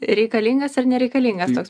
reikalingas ar nereikalingas toks